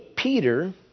Peter